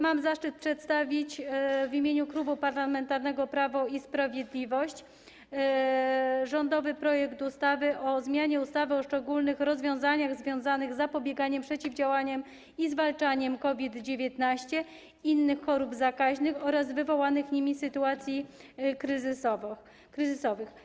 Mam zaszczyt przedstawić w imieniu Klubu Parlamentarnego Prawo i Sprawiedliwość stanowisko wobec rządowego projektu ustawy o zmianie ustawy o szczególnych rozwiązaniach związanych z zapobieganiem, przeciwdziałaniem i zwalczaniem COVID-19, innych chorób zakaźnych oraz wywołanych nimi sytuacji kryzysowych.